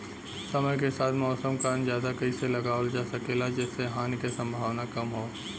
समय के साथ मौसम क अंदाजा कइसे लगावल जा सकेला जेसे हानि के सम्भावना कम हो?